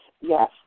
yes